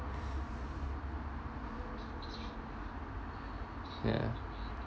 ya